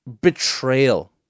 betrayal